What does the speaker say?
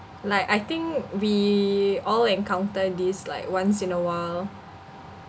like I think we all encounter this like once in a while